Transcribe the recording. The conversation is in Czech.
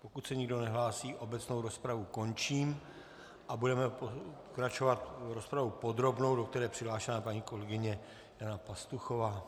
Pokud se nikdo nehlásí, obecnou rozpravu končím a budeme pokračovat rozpravou podrobnou, do které je přihlášena paní kolegyně Jana Pastuchová.